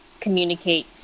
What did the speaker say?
communicate